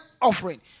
offering